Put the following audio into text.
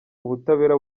ubutabera